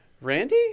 Randy